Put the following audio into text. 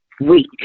weak